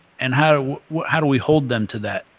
and how how do we hold them to that?